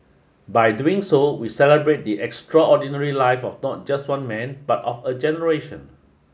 by doing so we celebrate the extraordinary life of not just one man but of a generation